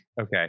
Okay